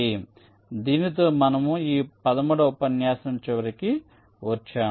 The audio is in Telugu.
కాబట్టి దీనితో మనము ఈ 13 వ ఉపన్యాసం చివరికి వచ్చాము